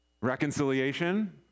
Reconciliation